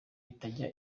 itajya